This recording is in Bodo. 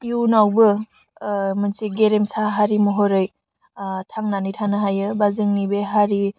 इयुनावबो मोनसे गेरेमसा हारि महरै थांनानै थानो हायो बा जोंनि बे हारि